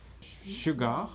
sugar